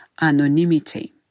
anonymity